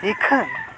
ᱤᱠᱷᱟᱹᱱ